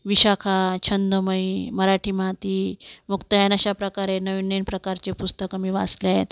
विशाखा छंदमय मराठीमाती मुक्तायन अशाप्रकारे नवीननवीन प्रकारची पुस्तकं मी वाचले आहेत